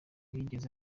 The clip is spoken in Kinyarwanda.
yigeze